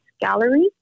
Gallery